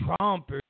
Trump